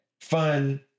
fun